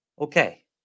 Okay